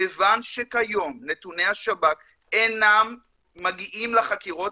כיוון שכיום נתוני השב"כ אינם מגיעים לחקירות